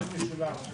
אנחנו עוברים להצבעה.